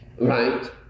Right